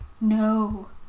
No